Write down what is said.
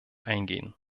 eingehen